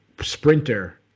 sprinter